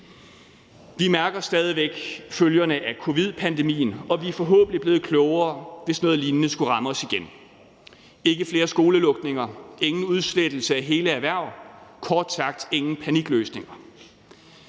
Vi mærker stadig væk følgerne af covid-pandemien, og vi er forhåbentlig blevet klogere, hvis noget lignende skulle ramme os igen, dvs. ikke flere skolelukninger, ingen udslettelse af hele erhverv, kort sagt ingen panikløsninger.